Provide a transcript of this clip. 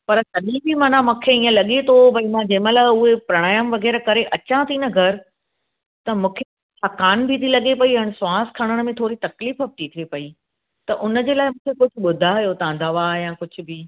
पर तॾी बि मना मुखे इअं लॻे थो भई मां जेमल हुए प्राणायाम करे अचां ती न घर त मुखे थकान बि ती लॻे पई सांस खरण में थोड़ी तक़लीफ़ ती थे पई त उनजे लाए कुछ ॿुधायो तां दवा या कुछ बी